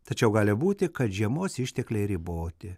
tačiau gali būti kad žiemos ištekliai riboti